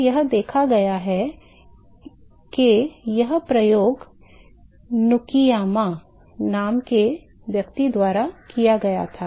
तो यह देखा गया के यह प्रयोग नुकियामा नाम के व्यक्ति द्वारा किया गया था